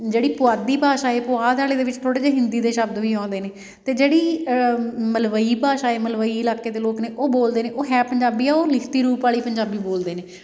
ਜਿਹੜੀ ਪੁਆਧੀ ਭਾਸ਼ਾ ਹੈ ਪੁਆਧ ਵਾਲੀ ਦੇ ਵਿੱਚ ਥੋੜ੍ਹੇ ਜਿਹੇ ਹਿੰਦੀ ਦੇ ਸ਼ਬਦ ਵੀ ਆਉਂਦੇ ਨੇ ਅਤੇ ਜਿਹੜੀ ਮਲਵਈ ਭਾਸ਼ਾ ਹੈ ਮਲਵਈ ਇਲਾਕੇ ਦੇ ਲੋਕ ਨੇ ਉਹ ਬੋਲਦੇ ਨੇ ਉਹ ਹੈ ਪੰਜਾਬੀ ਉਹ ਲਿਖਤੀ ਰੂਪ ਵਾਲੇ ਪੰਜਾਬੀ ਬੋਲਦੇ ਨੇ